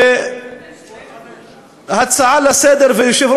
לפני כן,